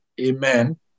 amen